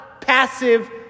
passive